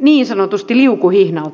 niin sanotusti liukuhihnalta